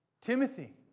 Timothy